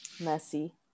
Messy